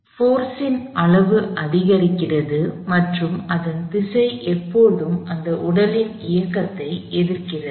force ன் அளவு அதிகரிக்கிறது மற்றும் அதன் திசை எப்போதும் இந்த உடலின் இயக்கத்தை எதிர்க்கிறது